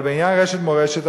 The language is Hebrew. אבל בעניין רשת "מורשת",